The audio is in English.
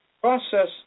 Process